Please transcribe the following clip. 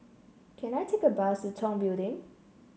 can I take a bus to Tong Building